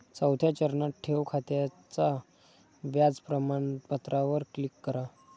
चौथ्या चरणात, ठेव खात्याच्या व्याज प्रमाणपत्रावर क्लिक करा